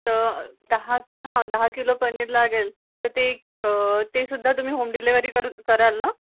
त दहा हा दहा किलो पनीर लागेल तर ते तेसुद्धा तुम्ही होम डिलिव्हरी करू कराल ना